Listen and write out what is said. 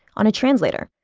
on a translator.